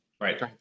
Right